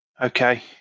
okay